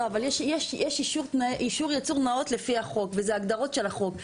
יש אישור ייצור נאות לפי החוק וזה הגדרות של החוק.